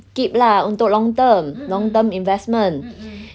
keep lah untuk long term long term investment